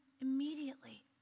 immediately